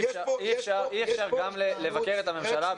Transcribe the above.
אי אפשר גם לבקר את הממשלה,